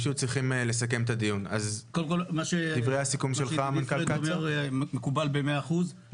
מה שידידי פרד מקובל במאה אחוז,